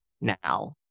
now